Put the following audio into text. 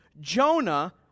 Jonah